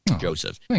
Joseph